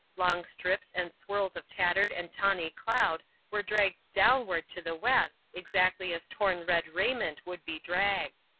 long strips and swirls of tattered and tawny cloud were dragged downward to the west exactly as torn red raiment would be dragged.